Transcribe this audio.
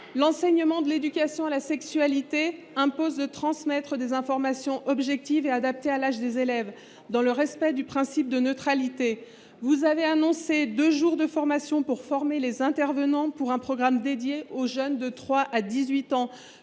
L’enseignement de l’éducation à la sexualité impose de transmettre des informations objectives et adaptées à l’âge des élèves, dans le respect du principe de neutralité. Vous avez annoncé deux jours de formation au profit des intervenants du programme destiné aux jeunes de 3 à 18 ans,